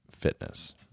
fitness